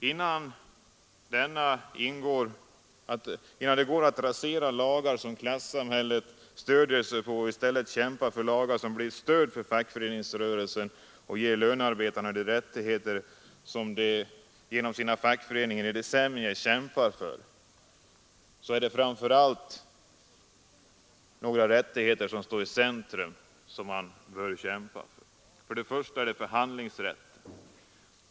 I denna ingår att rasera de lagar som klassamhället stöder sig på och i stället kämpa för lagar, som blir ett stöd för fackföreningsrörelsen och ger lönearbetarna de rättigheter som de genom sina fackföreningar i decennier kämpat för. Framför allt några rättigheter står i centrum. För det första är det förhandlingsrätten.